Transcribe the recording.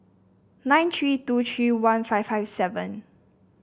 nine three two three one five five seven